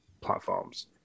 platforms